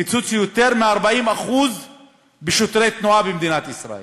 קיצוץ של יותר מ-40% בשוטרי תנועה במדינת ישראל: